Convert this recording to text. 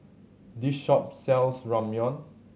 this shop sells Ramyeon